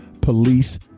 Police